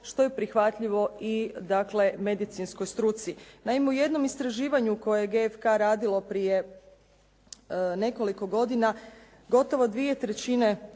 što je prihvatljivo i dakle medicinskoj struci. Naime, u jednom istraživanju kojeg je FK radilo prije nekoliko godina gotovo dvije trećine